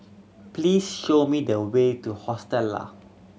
please show me the way to Hostel Lah